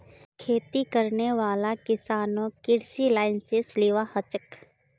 खेती करने वाला किसानक कृषि लाइसेंस लिबा हछेक